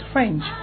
French